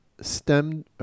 stem